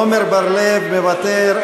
עמר בר-לב מוותר.